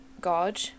God